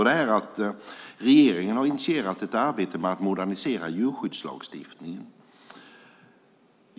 Det är att regeringen har initierat ett arbete med att modernisera djurskyddslagstiftning.